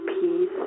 peace